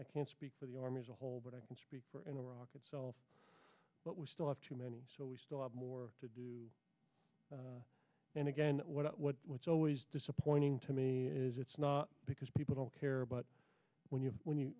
i can't speak for the army as a whole but i can speak for in iraq itself but we still have too many so we still have more to do and again it's always disappointing to me is it's not because people don't care but when you when you